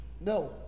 no